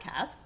podcast